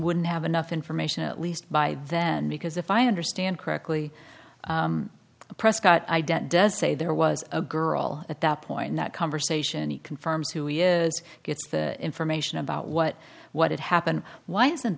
wouldn't have enough information at least by then because if i understand correctly prescott ident does say there was a girl at that point in that conversation he confirms who gets the information about what what happened why isn't